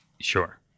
Sure